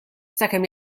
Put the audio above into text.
sakemm